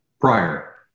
prior